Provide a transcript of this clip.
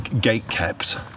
gate-kept